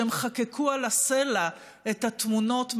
והם חקקו על הסלע את התמונות מאתיופיה.